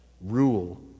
rule